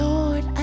Lord